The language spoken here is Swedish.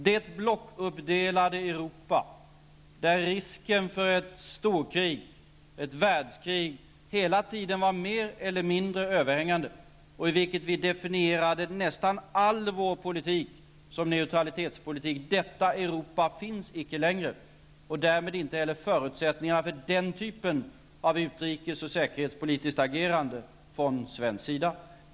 Det blockuppdelade Europa, där risken för ett storkrig, ett världskrig, hela tiden var mer eller mindre överhängande och i vilket vi definierade nästan all vår politik som neutralitetspolitik, finns icke längre och därmed inte heller förutsättningarna för den typen av utrikes och säkerhetspolitiskt agerande från svensk sida.